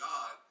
God